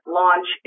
launch